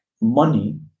money